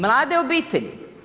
Mlade obitelji.